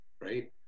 right